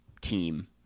team